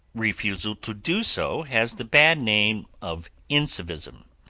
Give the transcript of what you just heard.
refusal to do so has the bad name of incivism.